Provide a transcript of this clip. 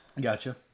Gotcha